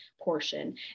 portion